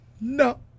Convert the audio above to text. No